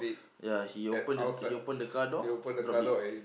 ya he open the he open the car door drop dead